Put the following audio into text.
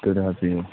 تُلِو حظ بَہَو